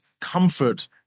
comfort